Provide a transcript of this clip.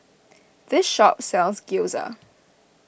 this shop sells Gyoza